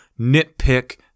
nitpick